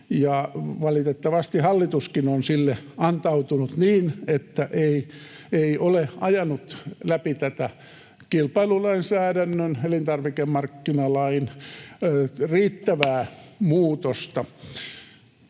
valitettavasti hallituskin on sille antautunut niin, että ei ole ajanut läpi tätä kilpailulainsäädännön elintarvikemarkkinalain riittävää muutosta.